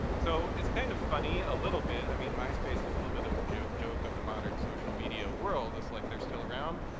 so it's kind of funny a little bit, i mean myspace is a little bit of joke joke of the modern social media world. it's like, they're still around?